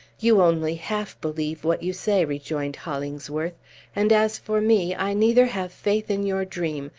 you only half believe what you say, rejoined hollingsworth and as for me, i neither have faith in your dream,